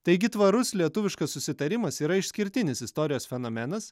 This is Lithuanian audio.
taigi tvarus lietuviškas susitarimas yra išskirtinis istorijos fenomenas